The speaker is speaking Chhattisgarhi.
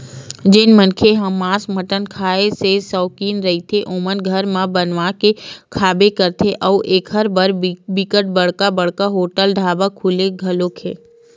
जेन मनखे ह मांस मटन खांए के सौकिन रहिथे ओमन घर म बनवा के खाबे करथे अउ एखर बर बिकट बड़का बड़का होटल ढ़ाबा खुले घलोक हे